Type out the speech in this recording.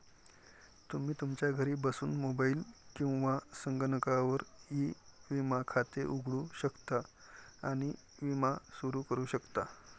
तुम्ही तुमच्या घरी बसून मोबाईल किंवा संगणकावर ई विमा खाते उघडू शकता आणि विमा सुरू करू शकता